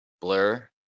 blur